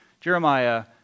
Jeremiah